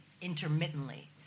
intermittently